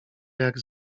jak